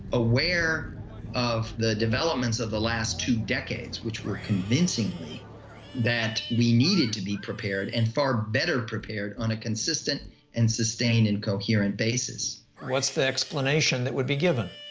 aware of the developments of the last two decades, which were convincingly that we needed to be prepared, and far better prepared, on a consistent and sustained and coherent basis. smith what's the explanation that would be given?